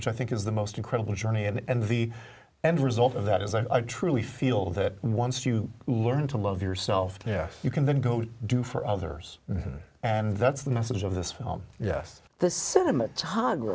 which i think is the most incredible journey and the end result of that is i truly feel that once you learn to love yourself yes you can then go to do for others and that's the message of this film yes th